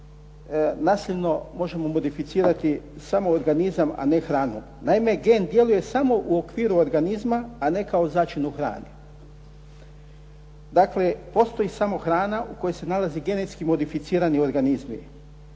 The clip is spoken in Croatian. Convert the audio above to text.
Nasljedno možemo modificirati samo organizam, a ne hranu. Naime, gen djeluje samo u okviru organizma, a ne kao začin u hrani. Dakle, postoji samo hrana u kojoj se nalazi genetski modificirani organizmi.